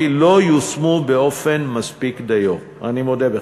לא יושמו באופן מספיק דיו"; אני מודה בכך.